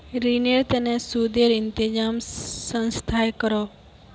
रिनेर तने सुदेर इंतज़ाम संस्थाए करोह